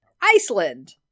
iceland